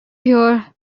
here